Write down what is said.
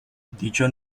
dicho